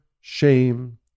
shame